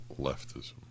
leftism